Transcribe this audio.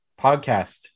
podcast